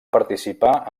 participar